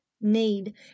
need